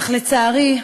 אך לצערי,